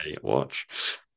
watch